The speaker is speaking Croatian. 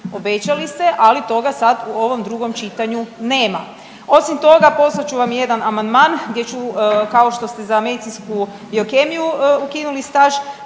obećali ste, ali toga sad u ovom drugom čitanju nema. Osim toga, poslat ću vam jedan amandman gdje ću kao što ste za medicinsku biokemiju ukinuli staž